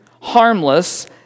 harmless